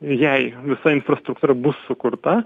jei visa infrastruktūra bus sukurta